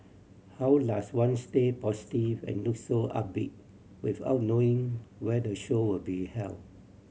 how does one stay positive and look so upbeat without knowing where the show will be held